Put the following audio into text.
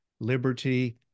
liberty